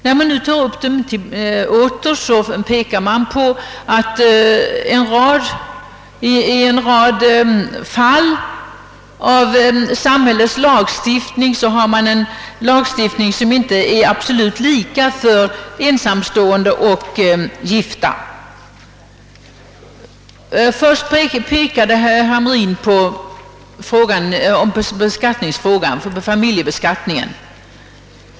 När man nu åter tar upp motionerna, pekar man på att den lagstiftning som finns i samhället i en rad fall inte är absolut lika för ensamstående och gifta. Herr Hamrin tog först upp frågan om familjebeskattningen.